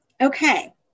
Okay